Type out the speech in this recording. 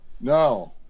no